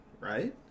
right